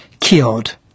killed